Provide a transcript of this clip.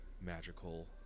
magical